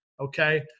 okay